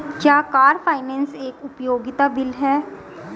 क्या car finance एक उपयोगिता बिल है?